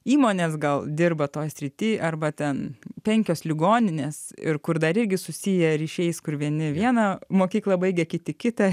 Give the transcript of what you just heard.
įmonės gal dirba toj srity arba ten penkios ligoninės ir kur dar irgi susiję ryšiais kur vieni vieną mokyklą baigę kiti kitą